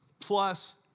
plus